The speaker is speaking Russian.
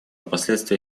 последствия